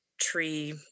tree